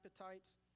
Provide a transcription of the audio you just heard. appetites